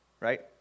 right